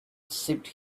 sipped